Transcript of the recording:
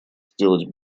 сделать